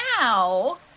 now